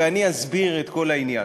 ואני אסביר את כל העניין.